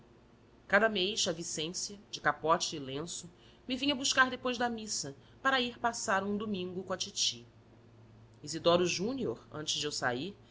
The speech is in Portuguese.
mês a vicência de capote e lenço me vinha buscar depois da missa para ir passar um domingo com a titi isidoro júnior antes de eu sair